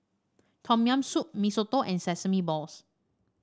Tom Yam Soup Mee Soto and Sesame Balls